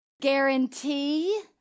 Guarantee